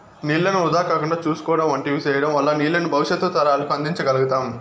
నీళ్ళను వృధా కాకుండా చూసుకోవడం వంటివి సేయడం వల్ల నీళ్ళను భవిష్యత్తు తరాలకు అందించ గల్గుతాం